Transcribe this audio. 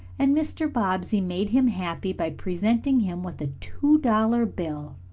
and mr. bobbsey made him happy by presenting him with a two-dollar bill.